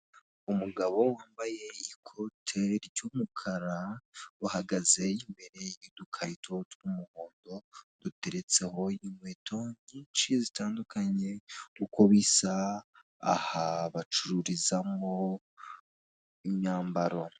Umugabo wambaye ikote ry'umukara, uhagaze imbere y'udukarito tw'umuhondo duteretseho inkweto nyinshi zitandukanye, uko bisa aha bacururizamo imyambaro.